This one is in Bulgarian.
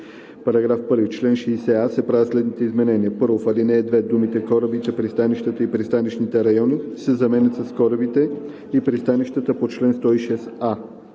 § 1: „§ 1. В чл. 60а се правят следните изменения: 1. В ал. 2 думите „корабите, пристанищата и пристанищните райони“ се заменят с „корабите и пристанищата по чл. 106а“.